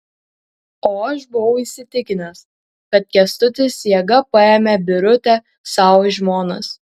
o aš buvau įsitikinęs kad kęstutis jėga paėmė birutę sau į žmonas